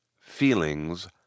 feelings